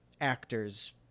actors